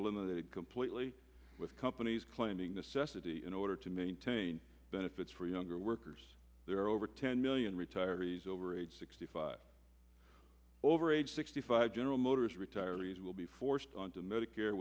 eliminated completely with companies claiming the sesa to be in order to maintain benefits for younger workers there are over ten million retirees over age sixty five over age sixty five general motors retirees will be forced on to medicare